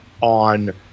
on